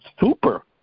super